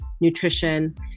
nutrition